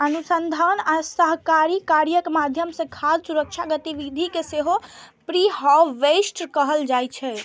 अनुसंधान आ सहकारी कार्यक माध्यम सं खाद्य सुरक्षा गतिविधि कें सेहो प्रीहार्वेस्ट कहल जाइ छै